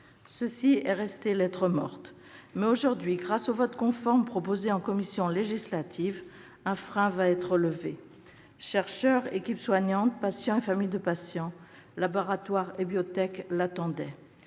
C'est resté lettre morte, mais, aujourd'hui, grâce au vote conforme proposé en commission législative, un frein va être levé. Chercheurs, équipes soignantes, patients et familles de patients, laboratoires et biotechs l'attendaient.